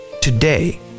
Today